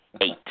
Eight